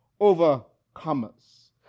overcomers